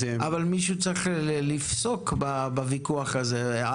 אבל מישהו צריך לפסוק בוויכוח הזה.